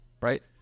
right